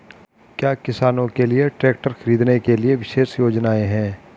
क्या किसानों के लिए ट्रैक्टर खरीदने के लिए विशेष योजनाएं हैं?